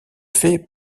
fait